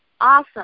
awesome